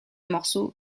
morceaux